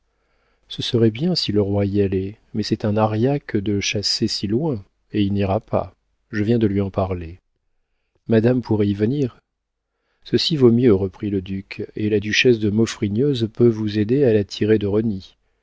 ce serait bien si le roi y allait mais c'est un aria que de chasser si loin et il n'ira pas je viens de lui en parler madame pourrait y venir ceci vaut mieux reprit le duc et la duchesse de maufrigneuse peut vous aider à la tirer de